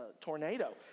tornado